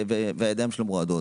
והידיים שלהם רועדות,